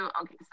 okay